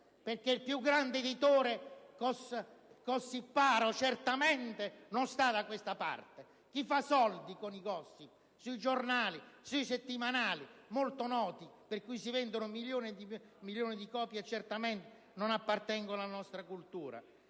perché il più grande editore gossipparo certamente non sta da questa parte: chi fa soldi con i *gossip* sui giornali, sui settimanali molto noti di cui si vendono milioni di copie, certamente non appartiene alla nostra cultura.